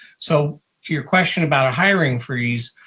so to your question about hiring freeze,